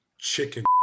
Chicken